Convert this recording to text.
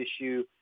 issue